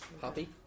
poppy